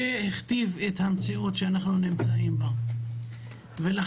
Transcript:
שהכתיב את המציאות שאנחנו נמצאים בה ולכן